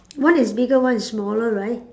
one is bigger one is smaller right